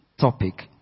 topic